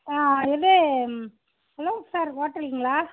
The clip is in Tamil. ஆ இது ஹலோ சார் ஹோட்டலுங்களா